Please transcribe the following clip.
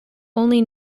only